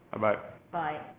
Bye-bye